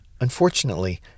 Unfortunately